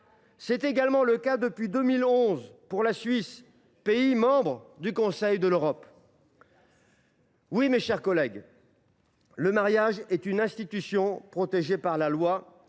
C’est également le cas, depuis 2011, pour la Suisse, pays membre du Conseil de l’Europe. Il a raison ! Oui, mes chers collègues : le mariage est une institution protégée par la loi,